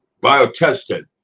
bio-tested